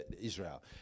Israel